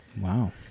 Wow